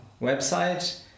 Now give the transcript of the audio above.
website